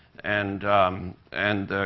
and and